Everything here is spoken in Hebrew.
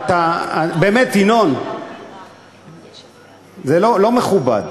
באמת, ינון, זה לא מכובד.